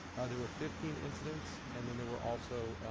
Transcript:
there were fifteen incidents, and then there were also,